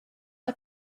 are